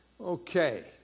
Okay